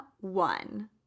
one